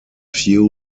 fuel